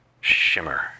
shimmer